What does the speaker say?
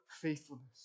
faithfulness